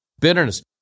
bitterness